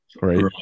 right